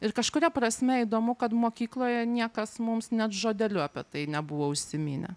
ir kažkuria prasme įdomu kad mokykloje niekas mums net žodeliu apie tai nebuvo užsiminę